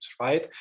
right